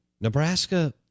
Nebraska